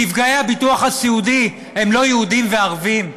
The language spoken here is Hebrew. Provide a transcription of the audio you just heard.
נפגעי הביטוח הסיעודי הם לא יהודים וערבים,